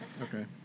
Okay